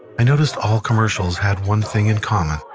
i noticed all commercials had one thing in common.